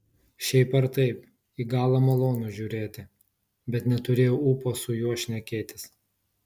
šiaip ar taip į galą malonu žiūrėti bet neturėjau ūpo su juo šnekėtis